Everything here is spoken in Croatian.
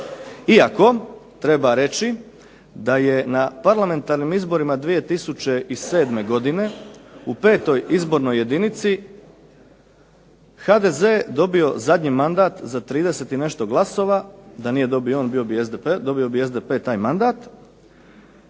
Iako treba reći da je na parlamentarnim izborima 2007. godine u petoj izbornoj jedinici HDZ dobio zadnji mandat za 30 i nešto glasova. Da nije dobio on, dobio bi SDP taj mandat.